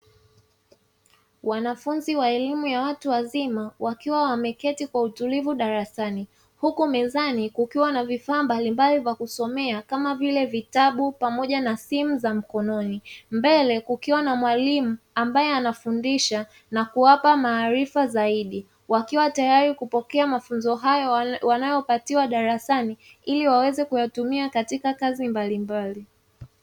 Wanafunzi wa elimu ya watu wazima wakiwa wameketi kwa utulivu darasani, huku mezani kukiwa na vifaa mbalimbali vya kusomea kama vile vitabu pamoja na simu za mkononi, mbele kukiwa na mwalimu ambaye anafundisha na kuwapa maarifa zaidi wakiwa tayari kupokea mafunzo hayo wanayopatiwa darasani ili waweze kuyatumia katika kazi mbalimbali.